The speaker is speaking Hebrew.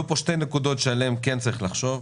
העלו פה שתי נקודות שעליהן צריך לחשוב.